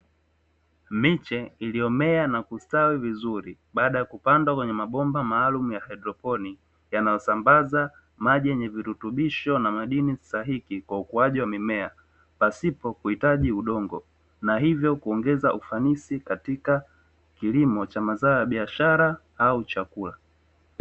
Miche iliyomea na kustawi vizuri baada ya kupandwa kwenye mabomba maalumu ya haidroponiki, yanayosambaza maji yenye virutubisho na madini sahihi kwa ukuaji wa mimea pasipo kuhitaji udongo, na hivyo kuongeza ufanisi katika kilimo cha mazao ya biashara au chakula.